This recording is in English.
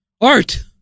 Art